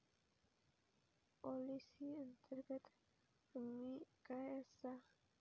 Policy अंतर्गत हमी काय आसा?